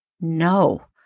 No